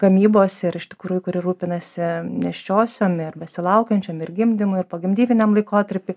gamybos ir iš tikrųjų kuri rūpinasi nėščiosiom ir besilaukiančiom ir gimdymu ir pogimdyviniam laikotarpy